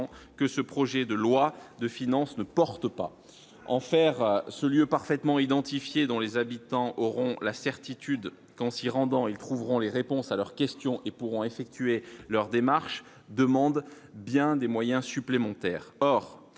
que ce projet de loi de finances ne porte pas en faire ce lieu parfaitement identifiés, dont les habitants auront la certitude qu'en s'y rendant ils trouveront les réponses à leurs questions et pourront effectuer leurs démarches demande bien des moyens supplémentaires,